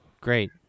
Great